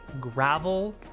gravel